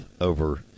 over